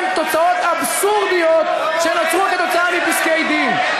תוצאות אבסורדיות שנוצרו כתוצאה מפסקי-דין.